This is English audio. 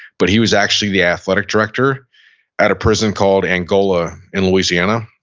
but he was actually the athletic director at a prison called angola in louisiana.